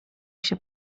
się